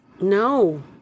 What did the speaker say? No